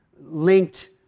linked